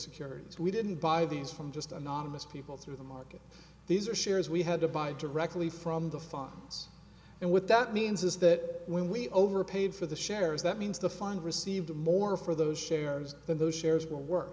securities we didn't buy these from just anonymous people through the market these are shares we had to buy directly from the fans and what that means is that when we overpaid for the shares that means the fine received more for those shares than those shares will work